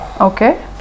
Okay